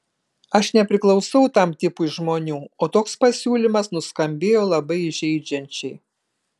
aš nepriklausau tam tipui žmonių o toks pasiūlymas nuskambėjo labai įžeidžiančiai